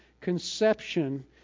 conception